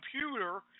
computer